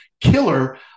killer